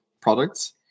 products